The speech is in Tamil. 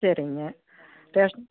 சரிங்க பேச